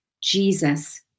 Jesus